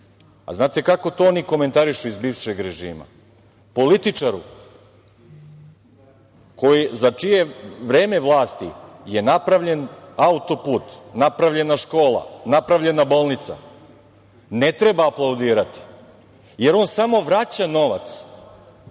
Znate kako to oni komentarišu iz bivšeg režima? Političaru za čije vreme vlasti je napravljen autoput, napravljena škola, napravljena bolnica ne treba aplaudirati, jer on samo vraća novac